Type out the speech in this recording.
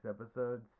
episodes